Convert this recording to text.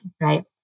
right